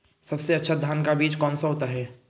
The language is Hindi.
सबसे अच्छा धान का बीज कौन सा होता है?